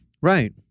Right